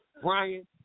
Brian